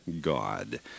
God